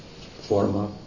forma